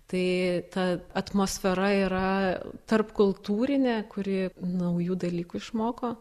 tai ta atmosfera yra tarpkultūrinė kuri naujų dalykų išmoko